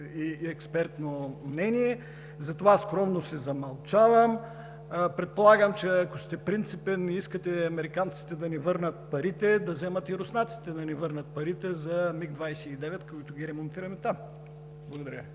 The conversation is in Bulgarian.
и експертно мнение, затова скромно си замълчавам. Предполагам, че ако сте принципен и искате американците да ни върнат парите, да вземат и руснаците да ни върнат парите за МиГ-29, които ремонтираме там. Благодаря